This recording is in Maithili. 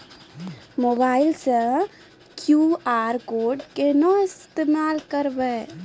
मोबाइल से क्यू.आर कोड केना स्कैन करबै?